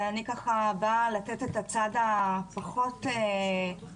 ואני באה לתת את הצד הפחות נחמד,